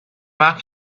mark